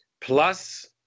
Plus